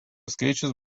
skaičius